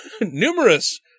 Numerous